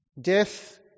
Death